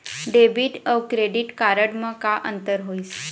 Debit अऊ credit card म का अंतर होइस?